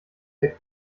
der